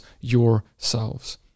yourselves